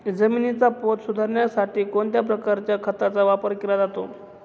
जमिनीचा पोत सुधारण्यासाठी कोणत्या प्रकारच्या खताचा वापर केला जातो?